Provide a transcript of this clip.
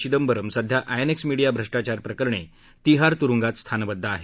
चिदंबरम् सध्या INX media भ्रष्टाचार प्रकरणी तिहार तुरुंगात स्थानबद्ध आहेत